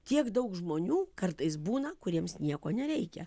tiek daug žmonių kartais būna kuriems nieko nereikia